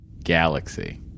Galaxy